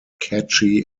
catchy